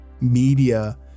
media